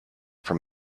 from